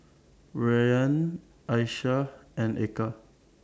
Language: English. Rayyan Aishah and Eka